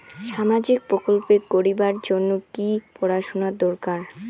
সামাজিক প্রকল্প করির জন্যে কি পড়াশুনা দরকার?